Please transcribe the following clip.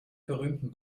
berühmten